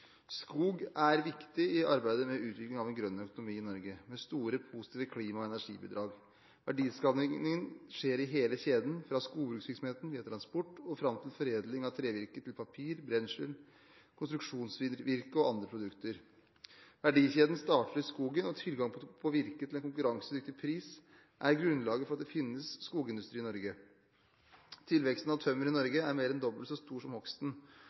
Skog er viktig i arbeidet med utviklingen av en grønn økonomi i Norge, med store positive klima- og energibidrag. Verdiskapingen skjer i hele kjeden, fra skogbruksvirksomheten via transport og fram til foredling av trevirket til papir, brensel, konstruksjonsvirke og andre produkter. Verdikjeden starter i skogen, og tilgang på virke til en konkurransedyktig pris er grunnlaget for at det finnes skogsindustri i Norge. Tilveksten av tømmer i Norge er mer enn dobbelt så stor som